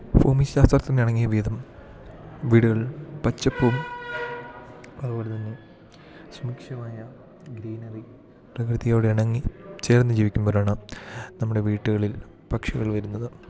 ഫൂമിശാസ്ത്രത്തിനെണങ്ങിയ വീതം വീടുകൾ പച്ചപ്പും അതുപോലെതന്നെ സ്മൂക്ഷമായ ഗ്രീനറി പ്രകൃതിയോടെണങ്ങി ചേർന്ന് ജീവിക്കുന്നവർ ആണ് നമ്മുടെ വീട്ട്കളില് പക്ഷികൾ വരുന്നത്